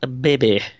Baby